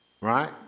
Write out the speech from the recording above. right